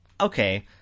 okay